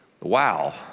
Wow